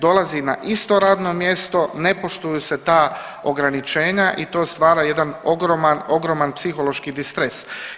Dolazi na isto radno mjesto, ne poštuju se ta ograničenja i to stvara jedan ogroman, ogroman psihološki distres.